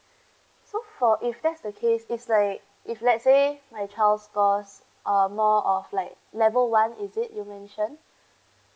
so for if that's the case is like if let's say my child's score uh more of like level one is it you mentioned